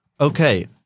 okay